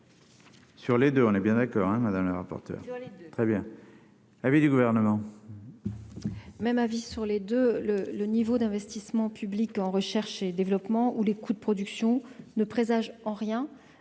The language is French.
Sur les 2 on est bien d'accord hein madame la rapporteure très bien avis du gouvernement. Même avis sur les 2 le le niveau d'investissement public en recherche et développement, où les coûts de production ne présage en rien